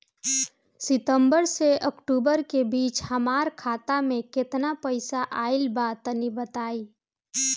सितंबर से अक्टूबर के बीच हमार खाता मे केतना पईसा आइल बा तनि बताईं?